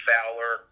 Fowler